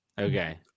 Okay